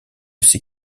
ces